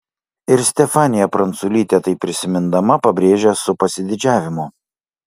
ir stefanija pranculytė tai prisimindama pabrėžia su pasididžiavimu